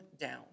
down